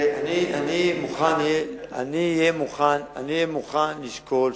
אני אהיה מוכן לשקול,